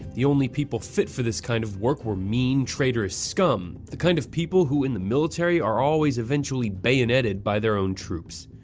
the only people fit for this kind of work were mean, traitorous scum, the kind of people who in the military are always eventually bayoneted by their own troops.